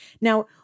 Now